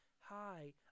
Hi